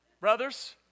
brothers